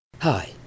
Hi